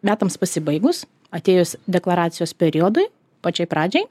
metams pasibaigus atėjus deklaracijos periodui pačiai pradžiai